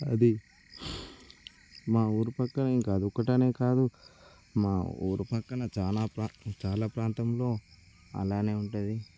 అది మా ఊరు ప్రక్కన ఏం కాదు ఒకటి అనే కాదు మా ఊరు ప్రక్కన చాలా చాలా ప్రాంతంలో అలానే ఉంటుంది